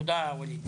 תודה, ווליד.